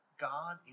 God